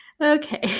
Okay